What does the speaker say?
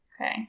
Okay